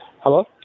Hello